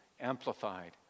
amplified